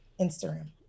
Instagram